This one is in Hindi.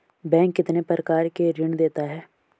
बैंक कितने प्रकार के ऋण देता है?